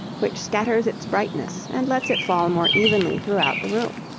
which scatters its brightness and lets it fall more evenly throughout the room.